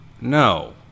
No